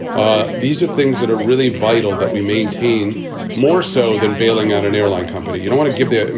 ah these are things that are really vital that we maintain more so than bailing out an airline company. you know, want to give them.